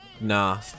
Nah